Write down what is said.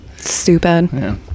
Stupid